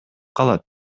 калат